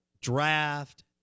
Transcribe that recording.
draft